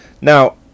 Now